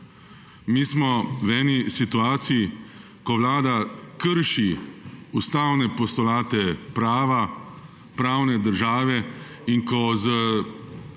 Mi smo v eni situaciji, ko Vlada krši ustavne postulate prava, pravne države in ko z